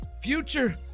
future